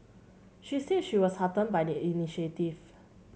she said she was heartened by the initiative